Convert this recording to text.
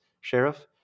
Sheriff